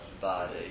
body